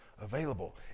available